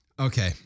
Okay